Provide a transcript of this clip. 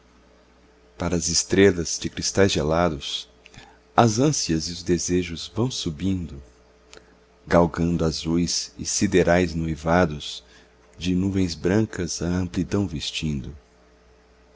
para as estrelas de cristais gelados as ânsias e os desejos vão subindo galgando azuis e siderais noivados de nuvens brancas a amplidão vestindo